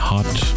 Hot